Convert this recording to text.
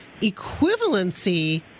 equivalency